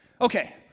Okay